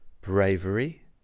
bravery